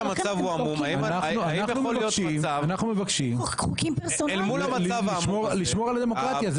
אנחנו מבקשים לשמור על הדמוקרטיה.